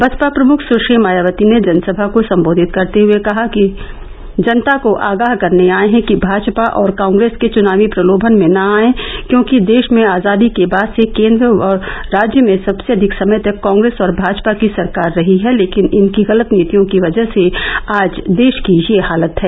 बसपा प्रमुख सुश्री मायावती ने जनसभा को सम्बोधित करते हुए कहा कि जनता को आगाह करने आये है कि भाजपा और कांग्रेस के चुनावी प्रलोभन में न आयें क्योकि देश मे आजादी के बाद से केन्द्र व राज्य में सबसे अधिक समय तक कांग्रेस और भाजपा की सरकार रही है लेकिन इनकी गलत नीतियों की वजह से आज देश की यह हालत है